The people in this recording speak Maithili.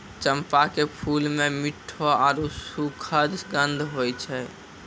चंपा के फूलो मे मिठ्ठो आरु सुखद गंध होय छै